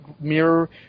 mirror